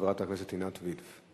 חברת הכנסת עינת וילף.